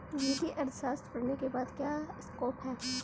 वित्तीय अर्थशास्त्र पढ़ने के बाद क्या स्कोप है?